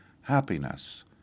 happiness